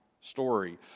story